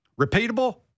Repeatable